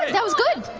that was good.